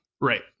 Right